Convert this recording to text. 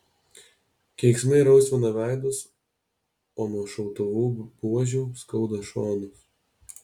keiksmai rausvina veidus o nuo šautuvų buožių skauda šonus